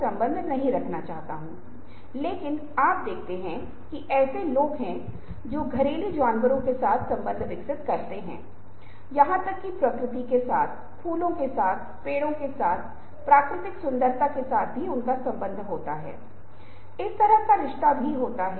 अब उदाहरण के लिए आपके पास कुछ ऐसा है जिसे फिर से भ्रम के रूप में जाना जाता है यह रेखा नीचे की रेखा से बहुत बड़ी दिखती है ऐसा क्यों होता है